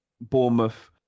Bournemouth